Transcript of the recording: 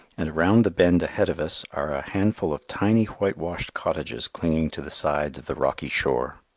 and around the bend ahead of us are a handful of tiny whitewashed cottages clinging to the sides of the rocky shore.